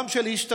גם של השתתפות